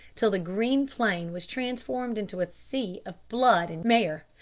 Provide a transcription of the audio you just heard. till the green plain was transformed into a sea of blood and mire,